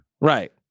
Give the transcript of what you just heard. Right